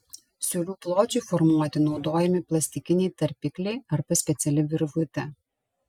siūlių pločiui formuoti naudojami plastikiniai tarpikliai arba speciali virvutė